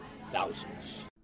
Thousands